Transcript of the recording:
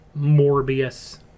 Morbius